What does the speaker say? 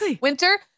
winter